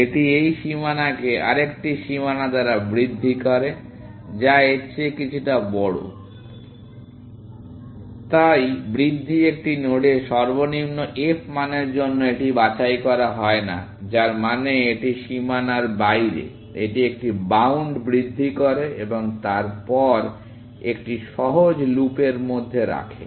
এটি এই সীমানাকে আরেকটি সীমানা দ্বারা বৃদ্ধি করে যা এর চেয়ে কিছুটা বড় তাই বৃদ্ধি একটি নোডের সর্বনিম্ন f মানের জন্য এটি বাছাই করা হয় না যার মানে এটি সীমানার বাইরে এটি একটি বাউন্ড বৃদ্ধি করে এবং তারপর একটি সহজ লুপের মধ্যে রাখে